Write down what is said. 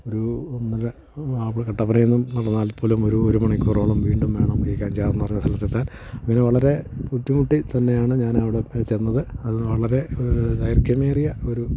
ഒരു ഒന്നര കട്ടപ്പനയിൽനിന്നും നടന്നാൽ പോലും ഒരു ഒരു മണിക്കൂറോളം വീണ്ടും വേണം ഈ കാഞ്ചാറ് എന്ന് പറഞ്ഞ സ്ഥലത്തെത്താൻ അങ്ങനെ വളരെ ബുദ്ധിമുട്ടി തന്നെയാണ് ഞാൻ അവിടെ ചെന്നത് അത് വളരെ ദൈർഘ്യമേറിയ ഒരു